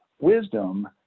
wisdom